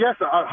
Yes